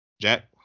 Jack